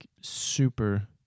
super